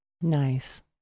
Nice